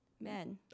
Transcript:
men